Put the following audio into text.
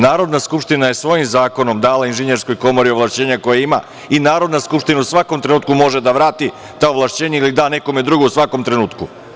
Narodna skupština je svojim zakonom dala Inženjerskoj komori ovlašćena koja ima i Narodna skupština u svakom trenutku može da vrati ta ovlašćenja ili da nekome drugom u svakom trenutku.